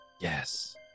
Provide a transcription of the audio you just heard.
yes